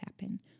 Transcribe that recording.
happen